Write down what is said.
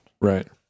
Right